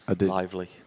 lively